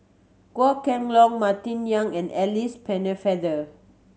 Goh Kheng Long Martin Yan and Alice Pennefather